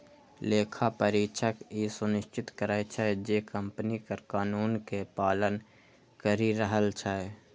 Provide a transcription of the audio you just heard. लेखा परीक्षक ई सुनिश्चित करै छै, जे कंपनी कर कानून के पालन करि रहल छै